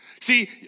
See